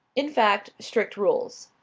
in fact, strict rules.